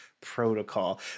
protocol